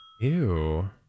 Ew